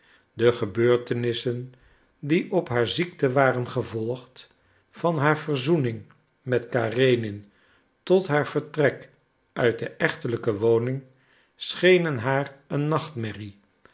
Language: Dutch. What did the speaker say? de gebeurtenissen die op haar ziekte waren gevolgd van haar verzoening met karenin tot haar vertrek uit de echtelijke woning schenen haar een nachtmerrie